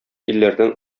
илләрдән